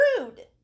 Rude